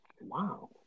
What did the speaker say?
wow